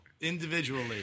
Individually